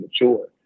mature